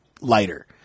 lighter